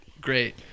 great